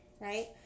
right